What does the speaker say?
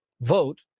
vote